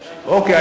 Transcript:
אוקיי.